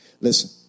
Listen